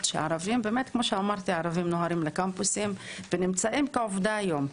שהערבים באמת נוהרים לקמפוסים ונמצאים כעובדה היום.